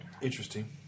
Interesting